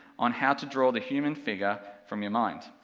on how to draw the human figure, from your mind.